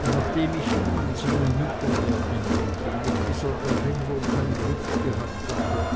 und nachdem ich ihn an seine mutter erinnert und mit dieser erinnerung kein glück gehabt hatte